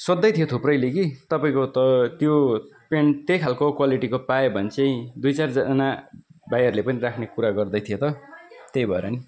सोद्धै थिए थुप्रैले कि तपाईँको त त्यो प्यान्ट त्यही खाले क्वालिटीको पायो भने चाहिँ दुई चारजना भाइहरूले पनि राख्ने कुरा गर्दै थिए त त्यही भएर नि